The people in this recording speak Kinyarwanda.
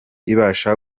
ibasha